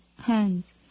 hands